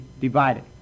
divided